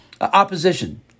opposition